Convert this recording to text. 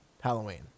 Halloween